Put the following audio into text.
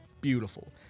beautiful